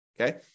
Okay